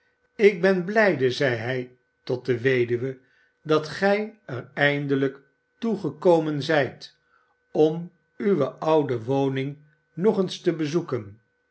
ik ben blijde zeide hij tot de weduwe sdat gij er eindelijk toe gekomen zijt om uwe oude woning nog eens te bezoeken